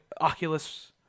Oculus